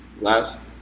last